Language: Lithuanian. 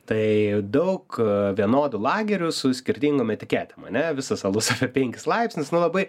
tai daug vienodų lagerių su skirtingom etiketėm ane visas alus penkis laipsnius nu labai